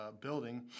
building